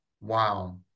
Wow